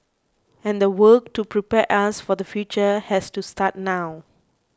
and the work to prepare us for the future has to start now